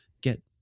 get